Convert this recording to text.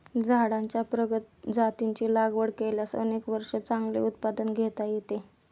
झाडांच्या प्रगत जातींची लागवड केल्यास अनेक वर्षे चांगले उत्पादन घेता येते